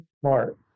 smart